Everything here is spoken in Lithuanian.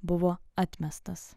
buvo atmestas